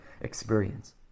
experience